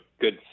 good